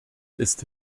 ist